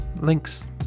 links